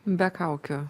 be kaukių